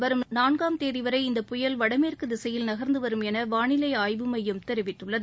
வரும் நான்காம் தேதிவரை இந்தப் புயல் வடமேற்கு திசையில் நகர்ந்து வரும் என வானிலை ஆய்வு மையம் தெரிவித்துள்ளது